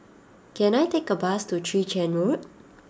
can I take a bus to Chwee Chian Road